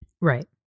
Right